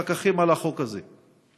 פקחים על החוק הזה.